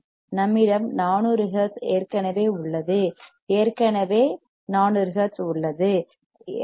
நம்மிடம் 400 ஹெர்ட்ஸ் ஏற்கனவே உள்ளது ஏற்கனவே 400 ஹெர்ட்ஸ் உள்ளது